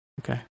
Okay